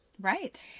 Right